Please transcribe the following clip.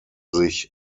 sich